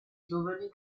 giovani